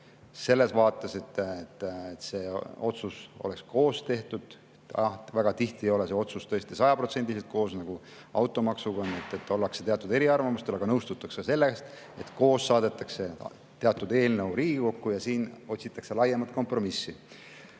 selles vaates, et see otsus oleks tehtud koos. Väga tihti ei ole see otsus tõesti sajaprotsendiliselt koos – nagu automaksuga on, et ollakse teatud eriarvamustel –, aga nõustutakse selles, et koos saadetakse teatud eelnõu Riigikokku ja siin otsitakse laiemat kompromissi.